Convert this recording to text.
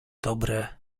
dobre